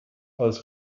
als